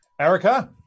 Erica